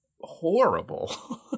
horrible